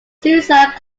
suicide